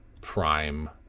Prime